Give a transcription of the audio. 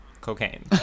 cocaine